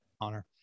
honor